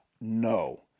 No